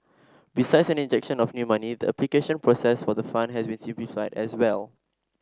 besides an injection of new money the application process for the fund has been simplified as well